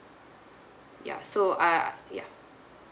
ya so uh ya